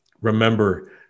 Remember